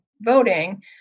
voting